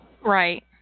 Right